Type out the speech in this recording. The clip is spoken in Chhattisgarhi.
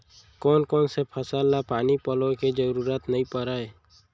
कोन कोन से फसल ला पानी पलोय के जरूरत नई परय?